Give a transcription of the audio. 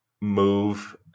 move